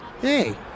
Hey